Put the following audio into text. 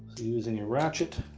using a ratchet